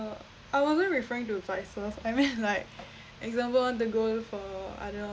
I wasn't referring to vices I meant like example I want to go for